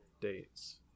dates